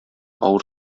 авыр